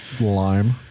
Lime